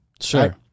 sure